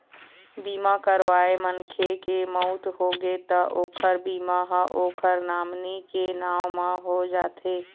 बीमा करवाए मनखे के मउत होगे त ओखर बीमा ह ओखर नामनी के नांव म हो जाथे